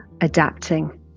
adapting